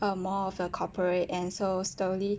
uh more of the corporate end so slowly